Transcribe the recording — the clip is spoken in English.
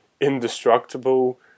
indestructible